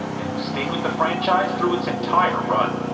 and who stayed with the franchise through its entire run.